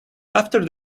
after